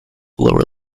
lower